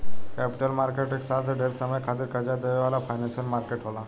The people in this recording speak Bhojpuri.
कैपिटल मार्केट एक साल से ढेर समय खातिर कर्जा देवे वाला फाइनेंशियल मार्केट होला